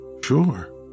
sure